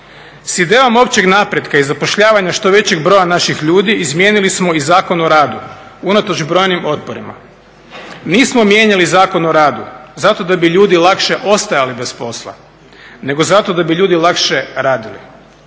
S idejom općeg napretka i zapošljavanja što većeg broja naših ljudi, izmijenili smo i Zakon o radu, unatoč brojnim otporima. Nismo mijenjali Zakon o radu zato da bi ljudi lakše ostajali bez posla, nego zato da bi ljudi lakše radili